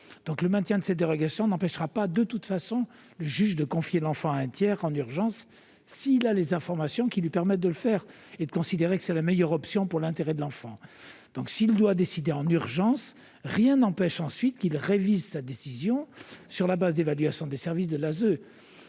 Le maintien de cette dérogation n'empêchera pas, de toute façon, le juge de confier l'enfant à un tiers en urgence s'il dispose des informations lui permettant de le faire et de considérer qu'il s'agit de la meilleure option dans l'intérêt de l'enfant. Si le juge doit décider en urgence, rien ne l'empêchera ensuite de réviser sa décision, sur la base de l'évaluation des services de l'ASE.